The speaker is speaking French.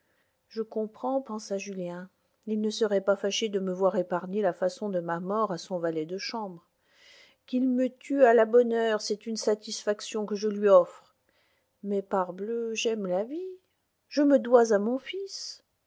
je comprends pensa julien il ne serait pas fâché de me voir épargner la façon de ma mort à son valet de chambre qu'il me tue à la bonne heure c'est une satisfaction que je lui offre mais parbleu j'aime la vie je me dois à mon fils